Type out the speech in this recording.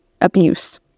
abuse